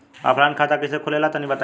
Offline खाता कइसे खुले ला तनि बताई?